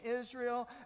Israel